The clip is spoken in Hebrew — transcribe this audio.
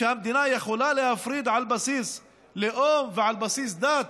כשהמדינה יכולה להפריד על בסיס לאום ועל בסיס דת?